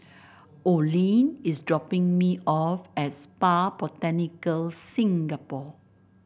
Olene is dropping me off at Spa Botanica Singapore